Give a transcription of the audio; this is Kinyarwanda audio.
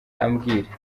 ambwira